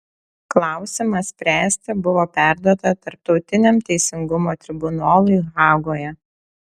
klausimą spręsti buvo perduota tarptautiniam teisingumo tribunolui hagoje